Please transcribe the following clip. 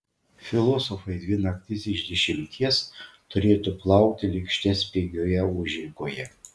filosofai dvi naktis iš dešimties turėtų plauti lėkštes pigioje užeigoje